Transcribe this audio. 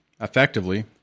effectively